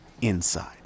inside